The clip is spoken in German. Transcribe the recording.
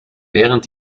während